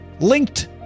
linked